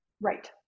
right